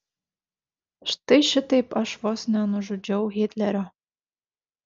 štai šitaip aš vos nenužudžiau hitlerio